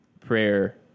prayer